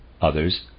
others